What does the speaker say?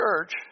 Church